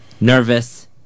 Nervous